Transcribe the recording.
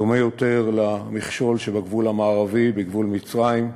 דומה יותר למכשול שבגבול המערבי, בגבול מצרים,